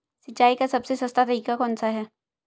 सिंचाई का सबसे सस्ता तरीका कौन सा है?